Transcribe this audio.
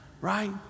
right